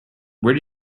where